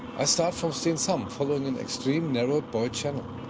i start from stenshamn following an extreme narrow buoyed channel.